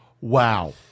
wow